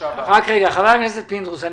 חבר הכנסת פינדרוס,